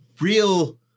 real